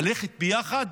ללכת ביחד